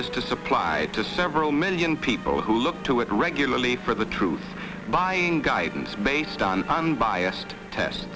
is to supplied to several million people who look to it regularly for the truth buying guidance based on unbiased test